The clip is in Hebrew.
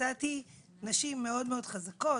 מצאתי נשים מאוד חזקות,